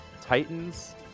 Titans